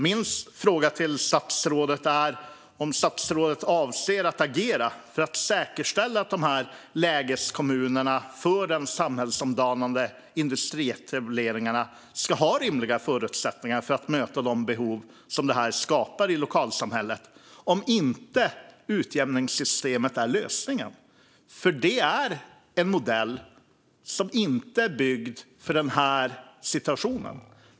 Min fråga till statsrådet är om statsrådet avser att agera för att säkerställa att lägeskommunerna för de samhällsomdanande industrietableringarna ska ha rimliga förutsättningar att möta de behov som det skapar i lokalsamhället om inte utjämningssystemet är lösningen. Det är en modell som inte är byggd för den här situationen.